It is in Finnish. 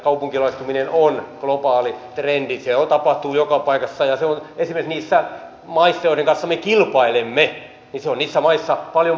kaupunkilaistuminen on globaali trendi sitä tapahtuu joka paikassa ja se on esimerkiksi niissä maissa joiden kanssa me kilpailemme paljon pitemmällä